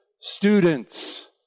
students